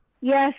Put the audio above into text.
Yes